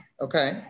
Okay